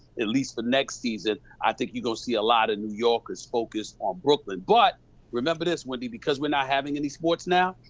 at least the next season i think you gonna see a lot of new yorkers focused on brooklyn. but remember this wendy, because we're not having any sports now,